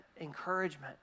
encouragement